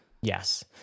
Yes